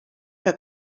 que